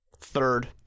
Third